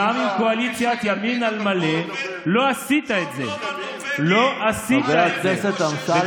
אתה לא מתבייש?